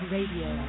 Radio